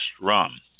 rum